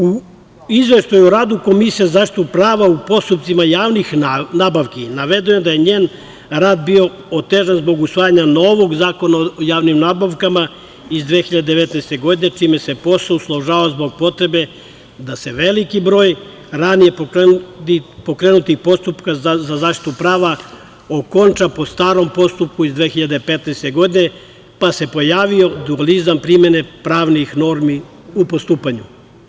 U Izveštaju o radu Komisije za zaštitu prava u postupcima javnih nabavki navedeno je da je njen rad bio otežan zbog usvajanja novog Zakona o javnim nabavkama iz 2019. godine, čime se posao usložnjava zbog potrebe da se veliki broj ranije pokrenutih postupaka za zaštitu prava okonča po starom postupku iz 2015. godine, pa se pojavio dualizam primene pravnih normi u postupanju.